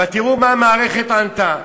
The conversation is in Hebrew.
אבל תראו מה המערכת ענתה.